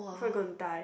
so you gonna die